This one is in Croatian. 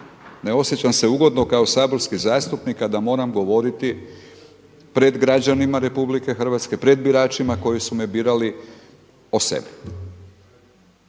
ne osjećam se ugodno kao saborski zastupnik a da moram govoriti pred građanima RH, pred biračima koji su me birali o sebi.